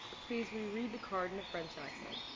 please re-read the card in a french accent.